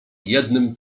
jednym